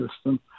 system